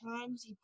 times